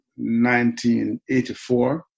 1984